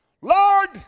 Lord